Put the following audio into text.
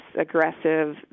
aggressive